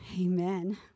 Amen